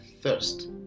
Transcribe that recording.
thirst